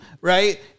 right